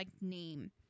name